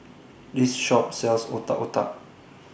This Shop sells Otak Otak